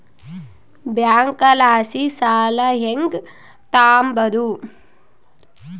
ಬ್ಯಾಂಕಲಾಸಿ ಸಾಲ ಹೆಂಗ್ ತಾಂಬದು?